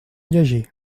llegir